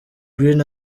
green